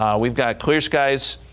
um we've got clear skies,